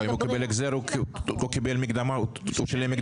אם הוא קיבל החזר הוא שילם מקדמה ביתר.